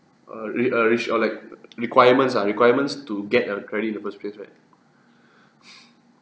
a re~ a reach or like requirements uh requirements to get a credit in the first place right